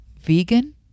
vegan